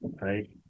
right